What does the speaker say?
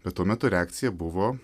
bet tuo metu reakcija buvo